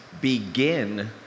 begin